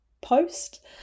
post